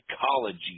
psychology